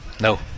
No